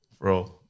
bro